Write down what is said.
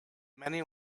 many